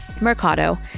Mercado